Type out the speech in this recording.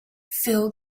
fill